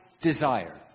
desire